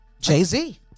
Jay-Z